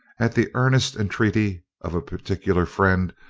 at the earnest entreaty of a particular friend,